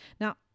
Now